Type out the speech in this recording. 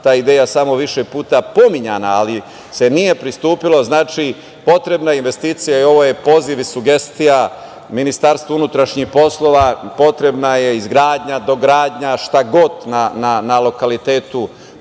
ta ideja samo više puta pominjana, ali se nije pristupilo? Znači, potrebna je investicija. Ovo je poziv i sugestija Ministarstvu unutrašnjih poslova - potrebna je izgradnja, dogradnja, šta god, na lokalitetu